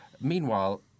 meanwhile